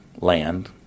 land